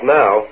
now